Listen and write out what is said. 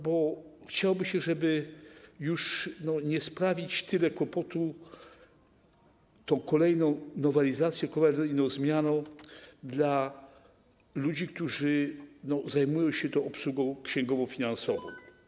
Bo chciałoby się, żeby już nie sprawić tyle kłopotu tą kolejną nowelizacją, kolejną zmianą ludziom, którzy zajmują się tą obsługą księgowo-finansową.